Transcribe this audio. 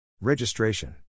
Registration